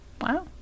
Wow